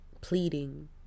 pleading